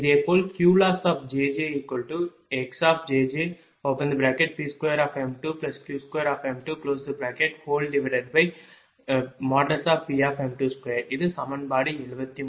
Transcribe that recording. இதேபோல் QlossjjxjjP2m2 Q2Vm22 இது சமன்பாடு 73